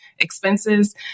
expenses